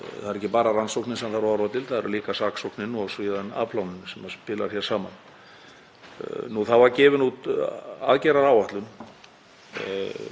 meðferð kynferðisafbrotamála sem gildir út árið 2022 og við erum að leggja grunninn að nýrri áætlun sem tekur við af þeirri sem lýkur á þessu ári.